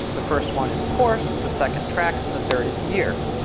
the first one is course, the second tracks, and the third is year.